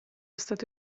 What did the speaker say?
stato